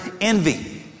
envy